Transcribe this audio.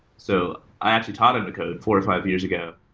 so i actually taught him to code four or five years ago,